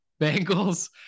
Bengals